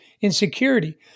insecurity